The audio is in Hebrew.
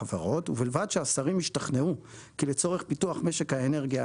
החברות) ובלבד שהשרים השתכנעו כי לצורך פיתוח משק האנרגיה,